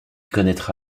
connaîtra